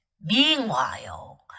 Meanwhile